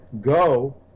go